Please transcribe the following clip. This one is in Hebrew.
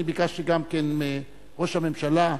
אני ביקשתי גם כן מראש הממשלה,